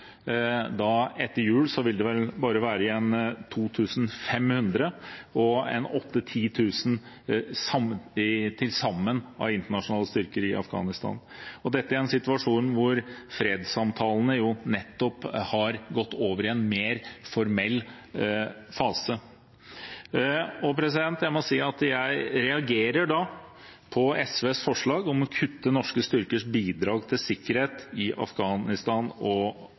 i Afghanistan – dette i en situasjon der fredssamtalene jo nettopp har gått over i en mer formell fase. Jeg må si at jeg da reagerer på SVs forslag om å kutte norske styrkers bidrag til sikkerhet i Afghanistan